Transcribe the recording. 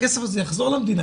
הכסף הזה יחזור למדינה.